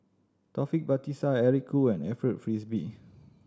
Taufik Batisah Eric Khoo and Alfred Frisby